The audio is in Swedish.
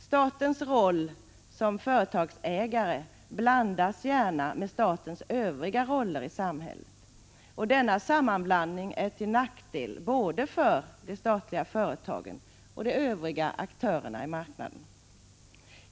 Statens roll som företagsägare blandas gärna med statens övriga roller i samhället. Denna sammanblandning är till nackdel för både de statliga företagen och de övriga aktörerna i marknaden.